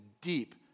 deep